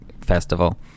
festival